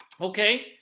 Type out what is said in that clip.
Okay